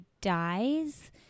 dies